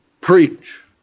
preach